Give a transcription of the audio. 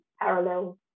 parallel